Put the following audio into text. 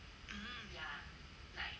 hmm